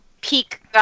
peak